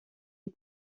est